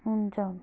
हुन्छ हुन्छ